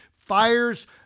Fires